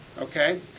Okay